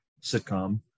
sitcom